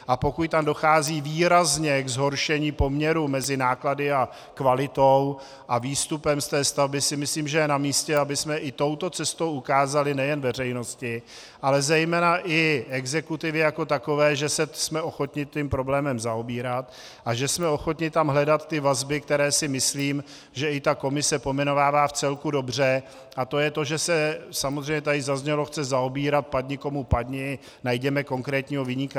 A pokud tam dochází výrazně ke zhoršení poměru mezi náklady a kvalitou a výstupem z té stavby, si myslím, že je namístě, abychom i touto cestou ukázali nejen veřejnosti, ale zejména i exekutivě jako takové, že jsme ochotni se tím problémem zaobírat a že jsme ochotni tam hledat vazby, které si myslím, že i ta komise pojmenovává vcelku dobře, a to je to, že se samozřejmě to tady zaznělo zaobírat padni komu padni, najděme konkrétního viníka.